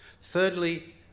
Thirdly